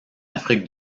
afrique